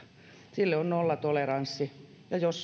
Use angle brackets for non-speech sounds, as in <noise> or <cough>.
sille on nollatoleranssi ja jos <unintelligible>